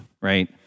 right